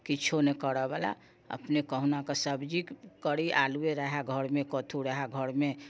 किछु नहि करै बला अपने कहुनाके सब्जी करी आलुए रहै घरमे कद्दू रहै घरमे